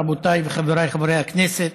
רבותיי וחבריי חברי הכנסת,